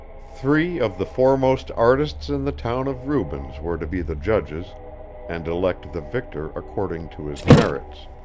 three of the foremost artists in the town of rubens were to be the judges and elect the victor according to his merits.